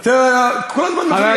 אתה כל הזמן מפריע לי.